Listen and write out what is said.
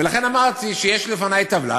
ולכן אמרתי שיש לפני טבלה.